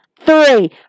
three